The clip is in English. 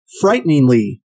frighteningly